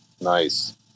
Nice